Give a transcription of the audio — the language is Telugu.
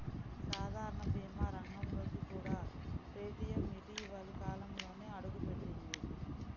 సాధారణ భీమా రంగంలోకి కూడా పేటీఎం ఇటీవలి కాలంలోనే అడుగుపెట్టింది